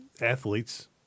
athletes